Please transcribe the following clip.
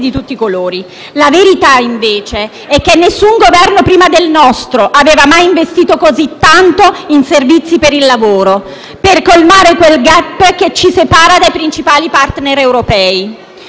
La verità invece è che nessun Governo prima del nostro aveva mai investito così tanto in servizi per il lavoro per colmare quel *gap* che ci separa dai principali *partner* europei.